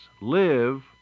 Live